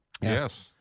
Yes